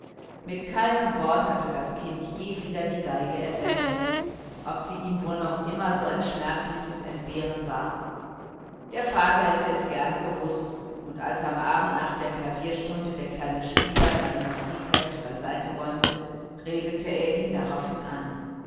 mit keinem wort hatte das kind je wieder die violine erwähnt ob sie ihm wohl noch immer ein schmerzliches entbehren war der vater hätte es gerne gewußt und als am abend nach der klavierstunde der kleine spieler seine musikhefte beiseite räumte redete er ihn darauf an